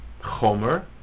chomer